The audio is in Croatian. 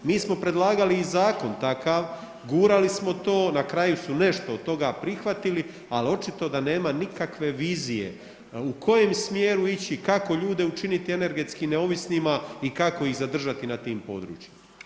Mi smo predlagali i zakon takav, gurali smo to, na kraju su nešto od toga prihvatili, al očito da nema nikakve vizije u kojem smjeru ići, kako ljude učiniti energetski neovisnima i kako ih zadržati na tim područjima.